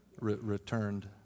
returned